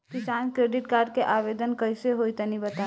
किसान credit card के आवेदन कईसे होई तनि बताई?